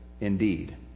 indeed